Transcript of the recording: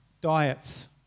diets